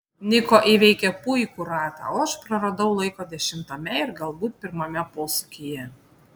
niko įveikė puikų ratą o aš praradau laiko dešimtame ir galbūt pirmame posūkyje